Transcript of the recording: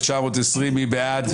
מי בעד?